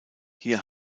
hier